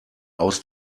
aus